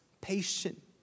patient